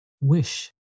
Wish